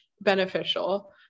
beneficial